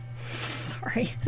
sorry